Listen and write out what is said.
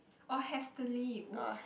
oh hastily !oops!